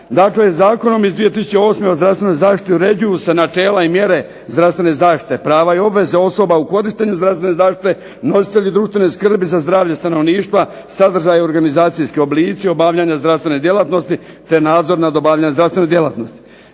Dakle, Zakonom o zdravstvenoj zaštiti iz 2008. uređuju se načela i mjere zdravstvene zaštite, prava i obveze osoba u korištenju zdravstvene zaštite, nositelju društvene skrbi za zdravlje stanovništva, sadržaj i organizacijski oblici obavljanja zdravstvene djelatnosti te nadzor nad obavljanjem zdravstvene djelatnosti.